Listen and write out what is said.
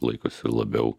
laikosi labiau